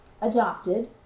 Adopted